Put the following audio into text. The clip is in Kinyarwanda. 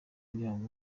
ryazo